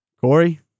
Corey